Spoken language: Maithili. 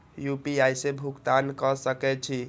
यू.पी.आई से भुगतान क सके छी?